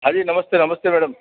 હાંજી નમસ્તે નમસ્તે મેડમ